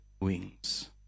wings